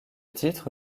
titre